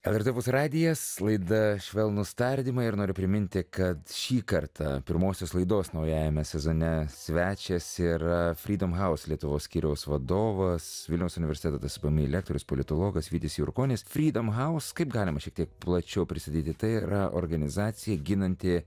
lrt radijas laida švelnūs tardymai ir noriu priminti kad šį kartą pirmosios laidos naujajame sezone svečias yra freedom house lietuvos skyriaus vadovas vilniaus universiteto tspmi lektorius politologas vytis jurkonis freedom house kaip galima šiek tiek plačiau prisidėti tai yra organizacija ginanti